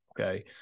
Okay